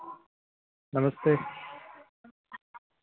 नमस्ते